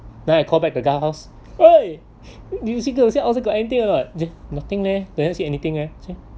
then I called back the guardhouse !oi! do you see outside got anything or not nothing leh never see anything leh